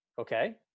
Okay